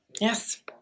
yes